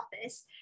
office